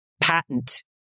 patent